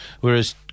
whereas